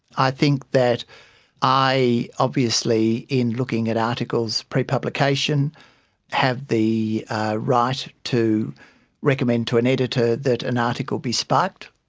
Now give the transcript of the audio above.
i think that i obviously in looking at articles pre-publication have the right to recommend to an editor that an article be spiked.